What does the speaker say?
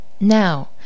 Now